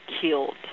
killed